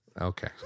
okay